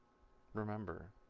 remember